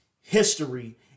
history